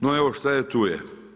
No evo šta je tu je.